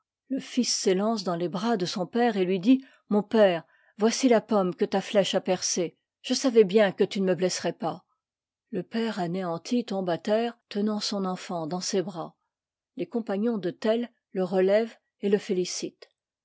le fils s'élance dans les bras de son père et lui dit mon père voici la pomme que ta flèche a percée je savais bien que tu ne me blesserais pas le père anéanti tombe à terre tenant son'enfant dans ses bras les compagnons de tell le relèvent et le félicitent